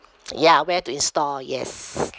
ya where to install yes